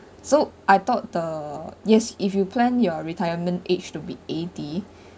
so I thought the yes if you plan your retirement age to be eighty